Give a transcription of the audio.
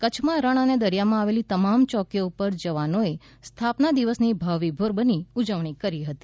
કચ્છમાં રણ અને દરિયામાં આવેલી તમામ ચોકીઓ ઉપર જવાનોએ સ્થાપના દિવસની ભાવવિભોર બની ઉજવણી કરી હતી